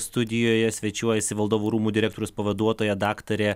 studijoje svečiuojasi valdovų rūmų direktoriaus pavaduotoja daktarė